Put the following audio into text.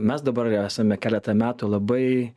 mes dabar esame keletą metų labai